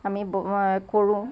আমি ব কৰোঁ